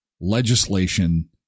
Legislation